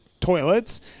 toilets